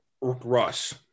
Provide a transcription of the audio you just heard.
Russ